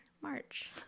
March